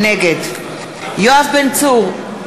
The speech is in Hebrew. נגד יואב בן צור,